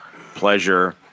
pleasure